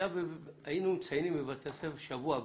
היינו מציינים בבתי הספר שבוע בריאות.